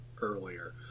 earlier